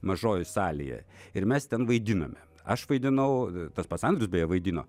mažojoje salėje ir mes ten vaidinome aš vaidinau tas pats andrius beje vaidino